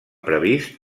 previst